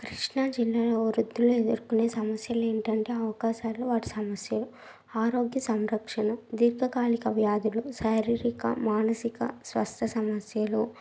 కృష్ణాజిల్లాలో వృద్ధులు ఎదుర్కొనే సమస్యలు ఏంటంటే అవకాశాలు వాటి సమస్యలు ఆరోగ్యసంరక్షణ దీర్ఘకాలిక వ్యాధులు శారీరిక మానసిక స్వస్థ సమస్యలు